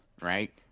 right